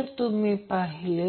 पाहूया कोणतीही न्यूट्रल काहीही दाखविले जात नाही परंतु ही वायर काहीही दाखविले जात नाही येथे फक्त Van आहे